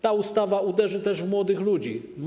Ta ustawa uderzy też w młodych ludzi.